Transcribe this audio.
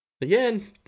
Again